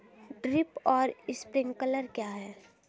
Drip और sprinkler क्या हैं?